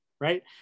right